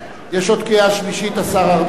יש עוד קריאה שלישית, השר ארדן.